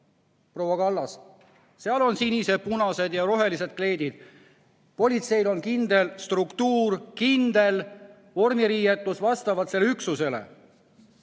proua Kallas. Seal on sinised, punased ja rohelised kleidid. Politseil on kindel struktuur, kindel vormiriietus vastavalt üksusele.